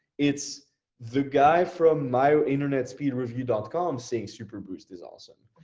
it's the guy from my internet speed review dot com saying superboost is awesome.